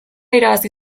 irabazi